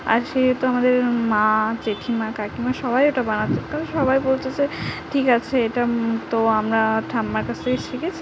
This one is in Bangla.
আর সেহেতু আমাদের মা জেঠিমা কাকিমা সবাই ওটা বানাত কারণ সবাই বলত যে ঠিক আছে এটা তো আমরা ঠাম্মার কাছ থেকে শিখেছি